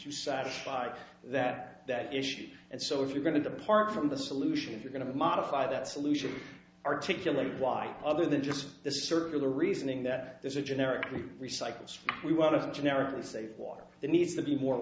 to satisfy that that issue and so if you're going to depart from the solution if you're going to modify that solution articulate why other than just the circular reasoning that there's a generic recycle we want to generically save water it needs to be more